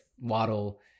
Waddle